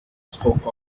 spoke